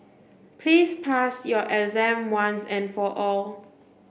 please pass your exam once and for all